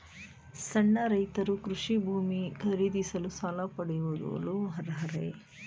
ಸಣ್ಣ ರೈತರು ಕೃಷಿ ಭೂಮಿ ಖರೀದಿಸಲು ಸಾಲ ಪಡೆಯಲು ಅರ್ಹರೇ?